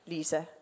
Lisa